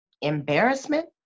Embarrassment